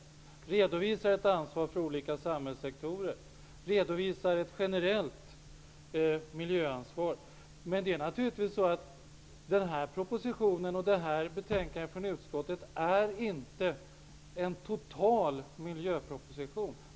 Den redovisar ansvaret för olika samhällssektorer och ett generellt miljöansvar. Men regeringens proposition och utskottets betänkande är naturligtvis inte en total miljöproposition.